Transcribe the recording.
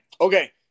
Okay